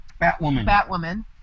Batwoman